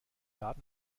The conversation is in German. schaden